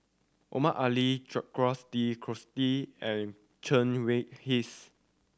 Omar Ali Jacques De de and Chen Wen Hsi